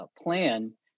plan